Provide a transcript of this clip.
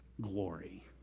glory